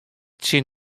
tsjin